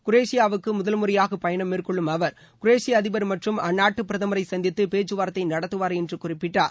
குரேஷியாவுக்கு முதல்முறையாக் பயணம் மேற்கொள்ளும் அவர் குரேஷிய அதிபர் மற்றும் அந்நாட்டு பிரதமரை சந்தித்து பேச்சு வார்த்தை நடத்துவார் என்று குறிப்பிட்டார்